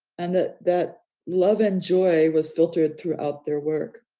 and that that love and joy was filtered throughout their work,